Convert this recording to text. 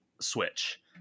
switch